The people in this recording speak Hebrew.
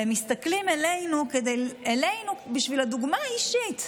והם מסתכלים אלינו, אלינו, בשביל הדוגמה האישית.